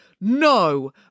No